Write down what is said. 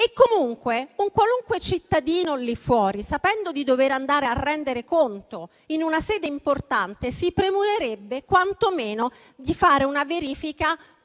e comunque un qualunque cittadino lì fuori, sapendo di dover andare a rendere conto in una sede importante, si sarebbe premunito quanto meno di fare una verifica